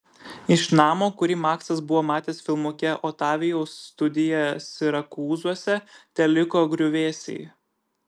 iš namo kurį maksas buvo matęs filmuke otavijaus studijoje sirakūzuose teliko griuvėsiai